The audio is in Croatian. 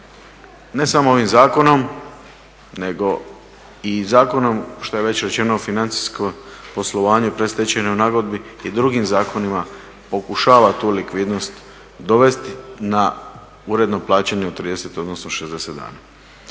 ne samo ovim zakonom nego i zakonom što je već rečeno financijskom poslovanju i predstečajnoj nagodbi i drugim zakonima pokušava tu likvidnost dovesti na uredno plaćanje od 30 odnosno 60 dana.